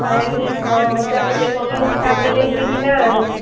पढ़ि लिखकऽ बच्चा सबके कोपियो किताब मिलैत छै कि नहि